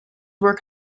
work